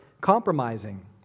compromising